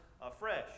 afresh